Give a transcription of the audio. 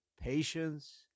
patience